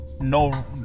no